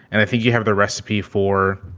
and i think you have the recipe for